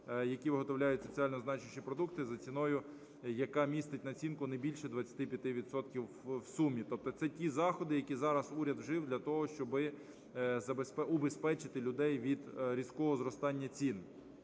які виготовляють соціально значущі продукти, за ціною, яка містить націнку не більше 25 відсотків в сумі. Тобто це ті заходи, які зараз уряд вжив для того, щоб убезпечити людей від різкого зростання цін.